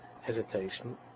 hesitation